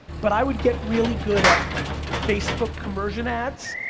but i would get really good at facebook conversion ads,